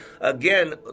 again